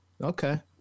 Okay